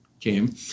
came